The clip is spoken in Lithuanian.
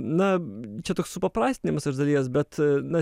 na čia toks supaprastinimas iš dalies bet na